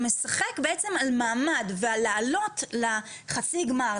אתה משחק על מעמד ועל עלייה לחצי הגמר,